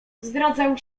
zdradzał